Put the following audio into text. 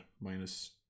minus